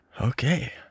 Okay